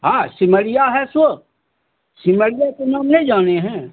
हाँ सिमरिया है सो सिमरिया के नाम नहीं जाने हैं